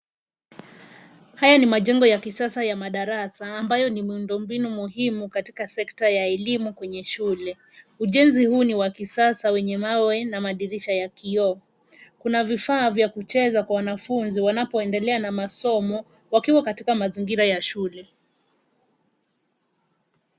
Haya ni majengo ya kisasa ya madarasa, ambayo ni miundo mbinu muhimu katika sekta ya elimu kwenye shule. Ujenzi huu ni wa kisasa wenye mawe na madirisha ya kioo. Kuna vifaa vya kucheza kwa wanafunzi wanapoendelea na masomo, wakiwa katika mazingira ya shule.